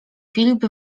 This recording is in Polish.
filip